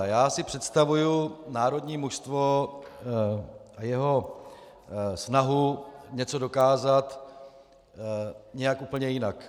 Já si představuji národní mužstvo a jeho snahu něco dokázat nějak úplně jinak.